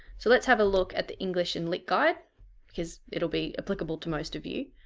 so let's have a look at the english and lit guide' because it'll be applicable to most of you.